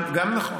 גם נכון.